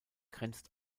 grenzt